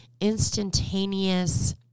instantaneous